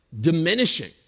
diminishing